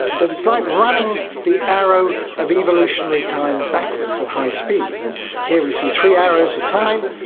that it's like running the arrow of evolutionary time backwards at high speed. and here we see three arrows of time,